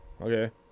Okay